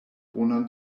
bonan